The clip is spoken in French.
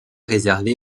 réservée